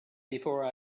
before